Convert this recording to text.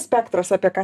spektras apie ką